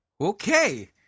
Okay